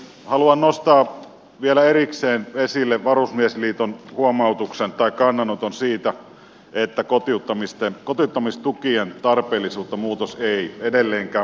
haluan nostaa vielä erikseen esille varusmiesliiton huomautuksen tai kannanoton siitä että kotiuttamistukien tarpeellisuutta muutos ei edelleenkään poista